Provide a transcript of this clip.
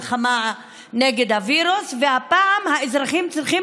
מלחמה נגד הווירוס והפעם האזרחים צריכים